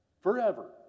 forever